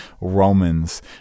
Romans